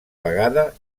vegada